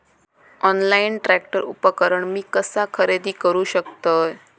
Online tractor उपकरण मी कसा खरेदी करू शकतय?